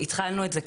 התחלנו את זה,